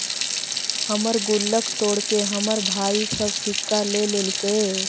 हमर गुल्लक तोड़के हमर भाई सब सिक्का ले लेलके